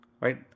right